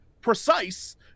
precise